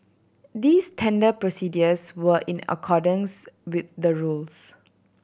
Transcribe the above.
these tender procedures were in accordance with the rules